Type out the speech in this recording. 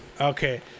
Okay